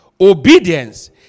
Obedience